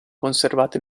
conservate